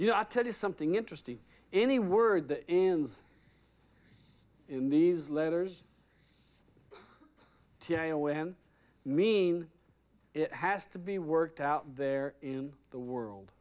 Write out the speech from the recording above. you know i tell you something interesting any word that ends in these letters t i o n mean it has to be worked out there in the world